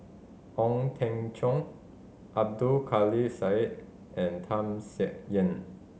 Ong Teng Cheong Abdul Kadir Syed and Tham Sien Yen